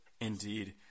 Indeed